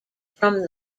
from